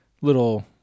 little